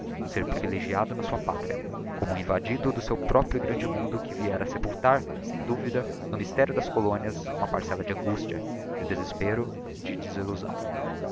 um ser privilegiado na sua pátria como um evadido do seu próprio e grande mundo que viera sepult a sem duvida no mysterio das colónias uma parcella de angustia de desespero e de desillusão